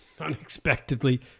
unexpectedly